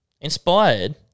Inspired